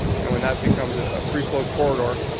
and when that becomes a free flow corridor,